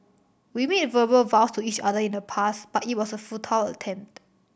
we made verbal vows to each other in the past but it was a futile attempt